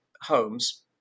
homes